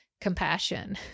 Compassion